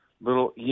little –